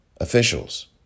officials